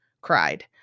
cried